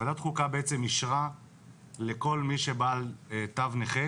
ועדת חוקה אישרה לכל מי שהוא בעל תו נכה